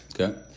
Okay